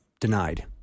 denied